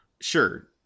sure